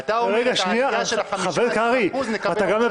אתה אומר שאת העלייה של ה-15% נקבל עוד שנה.